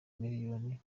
miliyoni